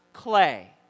clay